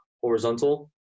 horizontal